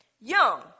young